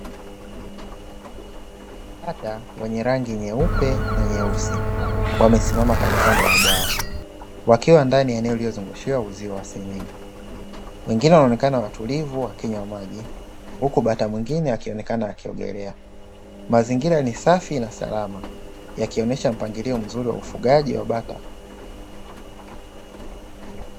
Bata wenye rangi nyeupe na nyeusi, wamesimama kandokando ya bwawa, wakiwa ndani ya eneo liliiozungushiwa uzio wa sinyenge, wengine wanaonekana watulivu wakinywa maji, huku bata mwingine akionekana akiogelea. Mazingira ni safi na salama, yakionyesha mpangilio mzuri wa ufugaji wa bata.